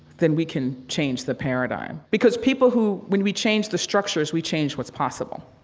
then we can change the paradigm. because people who when we change the structures, we change what's possible.